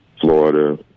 Florida